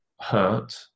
hurt